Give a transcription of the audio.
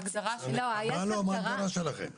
מה ההגדרה שלכם?